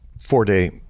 four-day